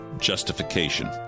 justification